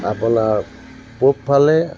আপোনাৰ পূবফালে